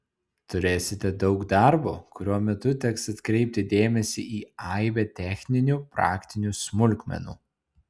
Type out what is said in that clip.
turėsite daug darbo kurio metu teks atkreipti dėmesį į aibę techninių praktinių smulkmenų